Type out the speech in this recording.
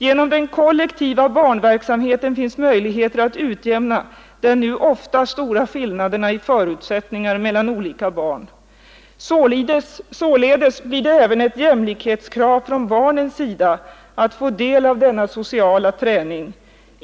Genom den kollektiva barnverksamheten finns möjligheter att utjämna de nu ofta stora skillnaderna i förutsättningar mellan olika barn. Således blir det även ett jämlikhetskrav från barnens sida att få del av denna sociala träning.